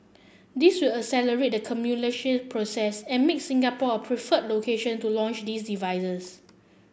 this will accelerate the commercialisation process and make Singapore a preferred location to launch these devices